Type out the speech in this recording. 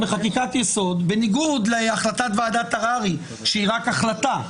יסוד - בניגוד להחלטת ועדת הררי שהיא רק החלטה,